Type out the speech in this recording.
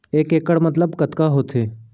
एक इक्कड़ मतलब कतका होथे?